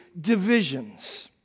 divisions